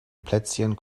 plätzchen